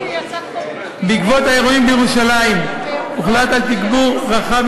בעקבות האירועים בירושלים הוחלט על תגבור רחב